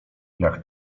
jak